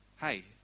hey